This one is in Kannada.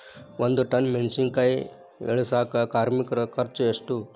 ಒಂದ್ ಟನ್ ಮೆಣಿಸಿನಕಾಯಿ ಇಳಸಾಕ್ ಕಾರ್ಮಿಕರ ಖರ್ಚು ಎಷ್ಟು?